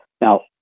Now